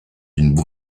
d’une